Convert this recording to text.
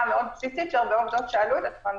מאוד בסיסית שהרבה עובדות שאלו את עצמן,